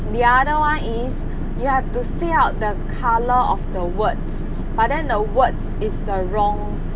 the other [one] is you have to say out the colour of the words but then the words is the wrong